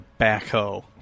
backhoe